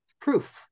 proof